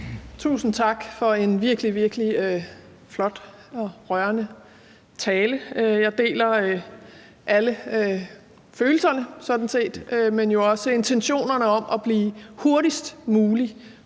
Tusind tak for en virkelig, virkelig flot og rørende tale. Jeg deler sådan set alle følelserne, men jo også intentionerne om at blive uafhængige